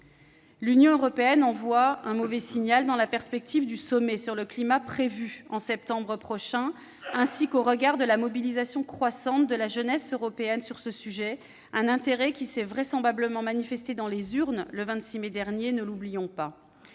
l'Union européenne, tant dans la perspective du sommet sur le climat prévu en septembre prochain qu'au regard de la mobilisation croissante de la jeunesse européenne sur ce sujet- cet intérêt s'est vraisemblablement manifesté dans les urnes le 26 mai dernier, ne l'oublions pas.